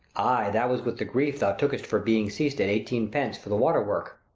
ay, that was with the grief thou took'st for being cess'd at eighteen-pence, for the water-work.